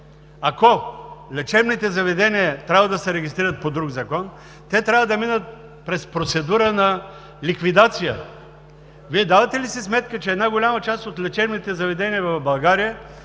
ако лечебните заведения трябва да се регистрират по друг закон, те трябва да минат през процедура на ликвидация. Вие давате ли си сметка, че една голяма част от лечебните заведения в България